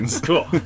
Cool